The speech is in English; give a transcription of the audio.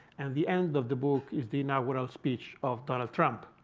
and the end of the book is the inaugural speech of donald trump.